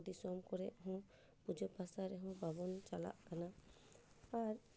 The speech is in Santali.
ᱟᱛᱳ ᱫᱤᱥᱚᱢ ᱠᱚᱨᱮᱦᱚ ᱯᱩᱡᱟᱹ ᱯᱟᱥᱟ ᱨᱮᱦᱚᱸ ᱵᱟᱵᱚᱱ ᱪᱟᱞᱟᱜ ᱠᱟᱱᱟ ᱟᱨ